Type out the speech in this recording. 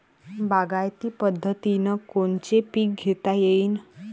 बागायती पद्धतीनं कोनचे पीक घेता येईन?